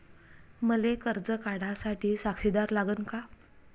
मले कर्ज काढा साठी साक्षीदार लागन का?